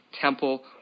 Temple